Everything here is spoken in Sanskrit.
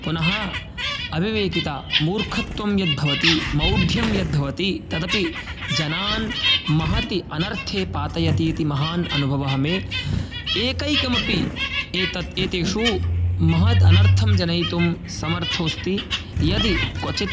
पुनः अविवेकिता मूर्खत्वं यद् भवति मौढ्यं यद् भवति तदपि जनान् महति अनर्थे पातयति इति महान् अनुभवः मे एकैकमपि एतत् एतेषु महत् अनर्थं जनयितुं समर्थोऽस्ति यदि क्वचित्